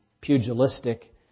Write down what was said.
pugilistic